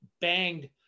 banged